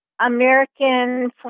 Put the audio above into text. American